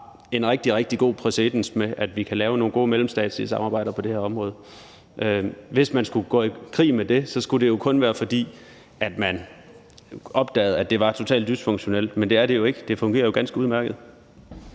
en rigtig, rigtig god præcedens for, at vi kan lave nogle gode mellemstatslige samarbejder på den her område. Hvis man skulle gå i krig med det, skulle det jo kun være, fordi man opdagede, at det var totalt dysfunktionelt, men det er det jo ikke. Det fungerer jo ganske udmærket.